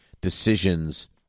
decisions